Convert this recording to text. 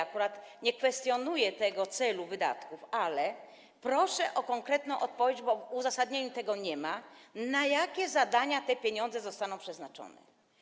Akurat nie kwestionuję tego celu wydatków, ale proszę o konkretną odpowiedź, bo w uzasadnieniu tego nie ma, na jakie zadania te pieniądze zostaną przeznaczone.